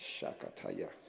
Shakataya